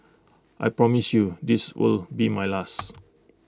I promise you this will be my last